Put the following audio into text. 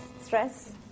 Stress